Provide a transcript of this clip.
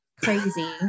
crazy